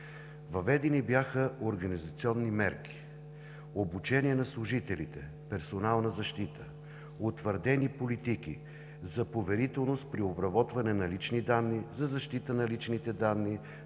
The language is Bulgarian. Въведени бяха организационни мерки: - обучения на служителите – персонална защита; - утвърдени Политики – за поверителност при обработване на лични данни, за защита на личните данни,